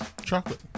Chocolate